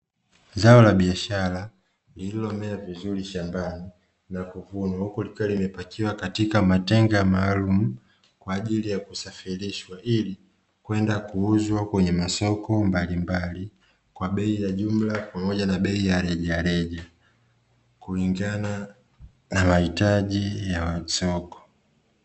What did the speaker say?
Zao la biashara lililomea vizuri shambani na kuvunwa huku likiwa limepakiwa katika matenga maalumu, kwa ajili ya kusafirishwa ili kwenda kuuzwa kwenye masoko mbalimbali kwa bei ya jumla pamoja na bei ya rejareja kulingana na mahitaji ya soko.